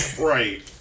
Right